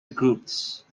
groups